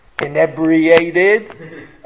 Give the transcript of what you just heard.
inebriated